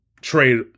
trade